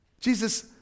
Jesus